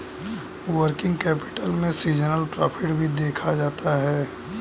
working capital में seasonal profit भी देखा जाता है